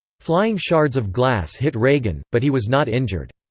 flying shards of glass hit reagan, but he was not injured.